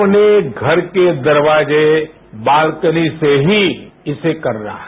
अपने घर के दरवाजे बालकनी से ही इसे करना है